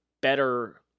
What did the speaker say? better